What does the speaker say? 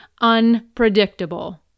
unpredictable